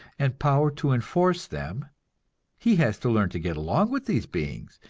and power to enforce them he has to learn to get along with these beings,